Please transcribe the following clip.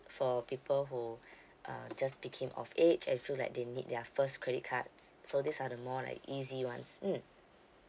for people who are just became of age and feel like they need their first credit card so these are the more like the easy ones mm